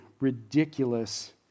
ridiculous